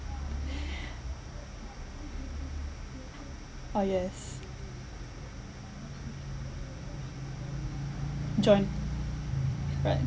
ah yes joint right